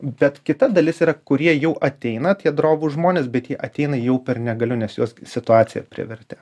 bet kita dalis yra kurie jau ateina tie drovūs žmonės bet jie ateina jau per negaliu nes juos situacija privertė